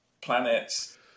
planets